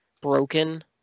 broken